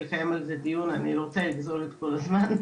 אני לא רוצה לגזול את כל הזמן,